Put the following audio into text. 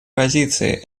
позиции